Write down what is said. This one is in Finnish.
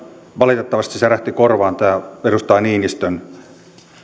valitettavasti särähti korvaan tämä edustaja niinistön toteamus että